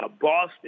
Boston